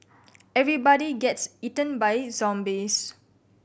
everybody gets eaten by zombies